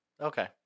Okay